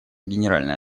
генеральной